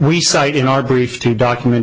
we cite in our brief to document